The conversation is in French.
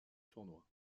tournoi